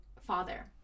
father